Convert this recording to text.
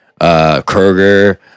Kroger